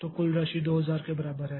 तो कुल राशि 2000 के बराबर है